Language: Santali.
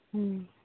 ᱦᱮᱸ